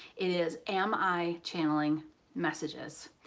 it is am i channeling messages?